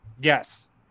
Yes